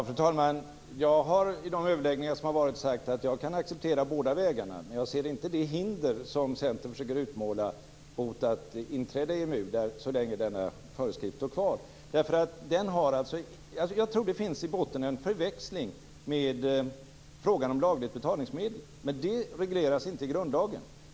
Fru talman! Jag har i de överläggningar som har varit sagt att jag kan acceptera båda vägarna, men jag ser inte det hinder som Centern försöker utmåla mot att inträda i EMU så länge denna föreskrift står kvar. Jag tror att det i botten finns en förväxling med frågan om lagligt betalningsmedel. Den regleras inte i grundlagen.